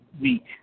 week